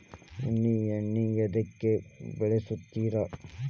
ಉಣ್ಣಿ ಎಣ್ಣಿ ಎದ್ಕ ಬಳಸ್ತಾರ್?